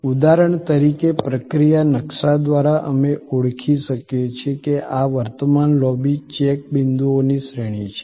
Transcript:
ઉદાહરણ તરીકે પ્રક્રિયા નકશા દ્વારા અમે ઓળખી શકીએ છીએ કે આ વર્તમાન લોબી ચેક બિન્દુઓની શ્રેણી છે